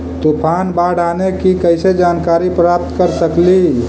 तूफान, बाढ़ आने की कैसे जानकारी प्राप्त कर सकेली?